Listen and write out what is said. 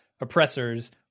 oppressors